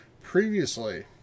previously